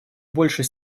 большей